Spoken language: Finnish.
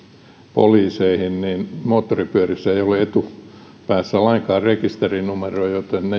että kun moottoripyörissä ei ole etupäässä lainkaan rekisterinumeroa niin ne jäävät täysin katveeseen sitä